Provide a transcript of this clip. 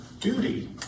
duty